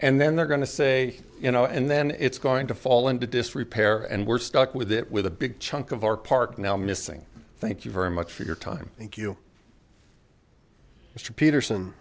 and then they're going to say you know and then it's going to fall into disrepair and we're stuck with it with a big chunk of our park now missing thank you very much for your time thank you mr peterson